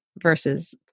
versus